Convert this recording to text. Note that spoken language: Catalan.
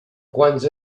quants